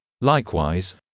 Likewise